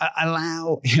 allow